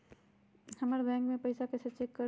हमर बैंक में पईसा कईसे चेक करु?